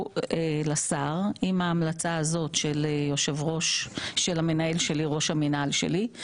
לשר עם ההמלצה הזאת של ראש המינהל שלי.